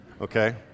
okay